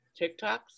TikToks